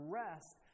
rest